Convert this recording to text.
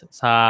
sa